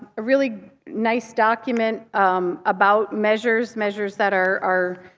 really nice document um about measures, measures that are are